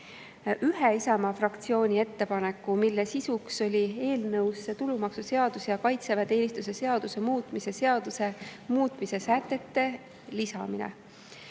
Ühe Isamaa fraktsiooni ettepaneku sisu oli eelnõusse tulumaksuseaduse ja kaitseväeteenistuse seaduse muutmise seaduse muutmise sätete lisamine.